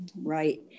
right